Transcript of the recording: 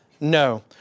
No